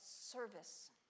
service